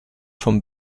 vom